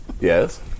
Yes